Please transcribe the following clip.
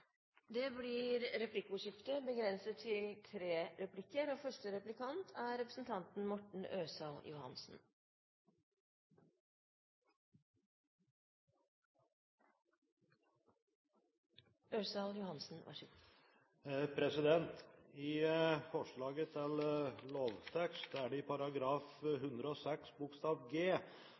Det blir replikkordskifte. I forslaget til lovtekst er det i § 106 g